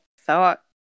thought